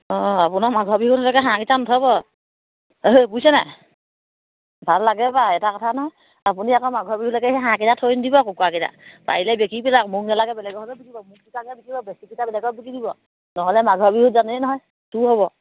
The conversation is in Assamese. অঁ আপোনাৰ মাঘৰ বিহুলৈকে হাঁহকেইটা নথব এই বুজিছে নাই ভাল লাগে বাৰু এটা কথা নহয় আপুনি আকৌ মাঘৰ বিহুলৈকে সেই হাঁহকেইটা থৈ নিদিব কুকুৰাকেইটা পাৰিলে বিকি পেলাওক মোক নালাগে বেলেগক হ'লেও বিকিব মোক বিকিব বেছি কেইটা বেলেগক বিকি দিব নহ'লে মাঘৰ বিহু জানেই নহয় চোৰ হ'ব